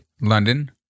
London